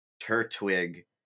Turtwig